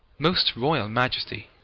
most royal majesty,